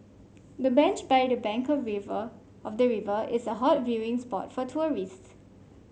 the bench by the bank the river of the river is a hot viewing spot for tourists